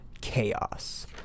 CHAOS